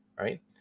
right